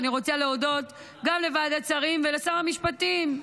ואני רוצה להודות גם לוועדת שרים ולשר המשפטים,